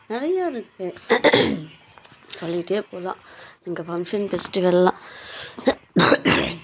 நிறைய இருக்குது சொல்லிகிட்டே போகலாம் இங்கே ஃபங்க்ஷன் ஃபெஸ்டிவல்லாம்